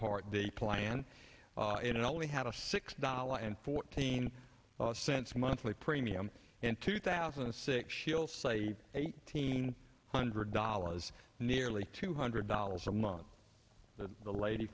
part the plan it only had a six dollars and fourteen cents monthly premium in two thousand and six she'll say eighteen hundred dollars nearly two hundred dollars a month the lady